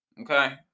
okay